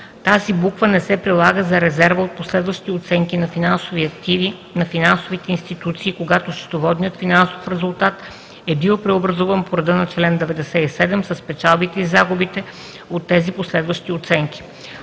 тази буква не се прилага за резерва от последващи оценки на финансови активи на финансовите институции, когато счетоводният финансов резултат е бил преобразуван по реда на чл. 97 с печалбите и загубите от тези последващи оценки.